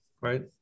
right